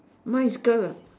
mine is girl